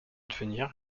devenir